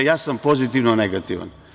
Ja sam pozitivno negativan.